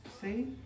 See